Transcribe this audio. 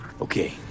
Okay